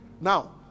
Now